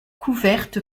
couverte